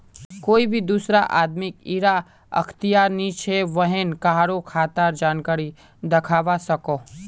कोए भी दुसरा आदमीक इरा अख्तियार नी छे व्हेन कहारों खातार जानकारी दाखवा सकोह